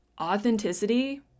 authenticity